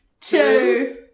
two